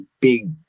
big